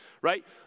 right